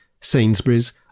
Sainsbury's